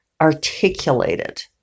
articulated